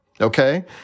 Okay